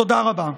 תודה רבה.